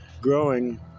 growing